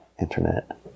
internet